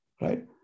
right